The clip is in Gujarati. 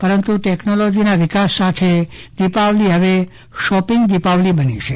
પરંતુ ટેકનોલોજીના વિકાસ સાથે દિપાવલી હવે શોપીંગ દિપાવલી બની છે